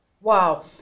Wow